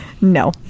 No